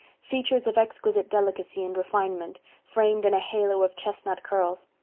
features of exquisite delicacy and refinement, framed in a halo of chestnut curls.